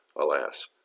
Alas